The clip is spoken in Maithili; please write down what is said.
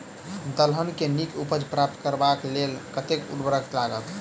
दलहन केँ नीक उपज प्राप्त करबाक लेल कतेक उर्वरक लागत?